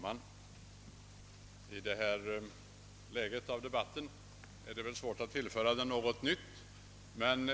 Herr talman! I detta läge av debatten är det svårt att tillföra den något nytt.